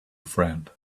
friend